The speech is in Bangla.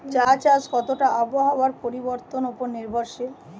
চা চাষ কতটা আবহাওয়ার পরিবর্তন উপর নির্ভরশীল?